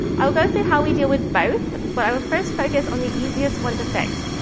i will go through how we deal with both, but i will first focus on the easiest one to fix,